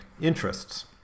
interests